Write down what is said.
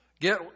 Get